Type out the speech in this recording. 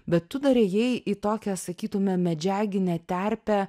bet tu dar ėjai į tokią sakytume medžiaginę terpę